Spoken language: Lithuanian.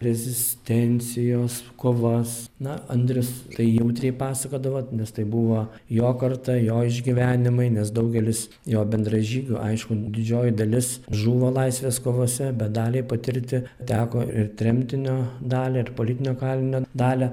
rezistencijos kovas na andrius tai jautriai pasakodavo nes tai buvo jo karta jo išgyvenimai nes daugelis jo bendražygių aišku didžioji dalis žuvo laisvės kovose bet daliai patirti teko ir tremtinio dalią ir politinio kalinio dalią